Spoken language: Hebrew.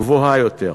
גבוהה יותר.